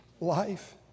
life